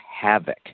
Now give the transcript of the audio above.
havoc